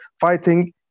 fighting